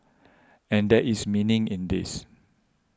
and there is meaning in this